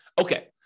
Okay